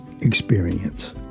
experience